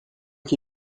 qui